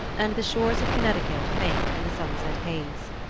and the shores of conanicut faint in the sunset haze.